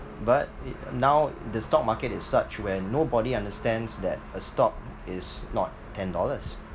but it now the stock market is such where nobody understands that a stock is not ten dollars